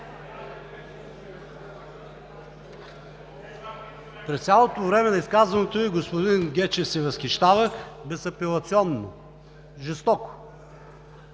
През цялото време на изказването Ви, господин Гечев, се възхищавах безапелационно, жестоко,